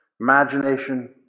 imagination